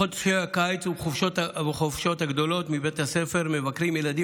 בחודשי הקיץ ובחופשות הגדולות מבתי הספר מבקרים ילדים